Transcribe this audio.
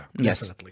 Yes